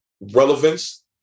relevance